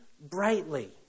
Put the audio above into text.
brightly